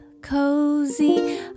cozy